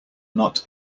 not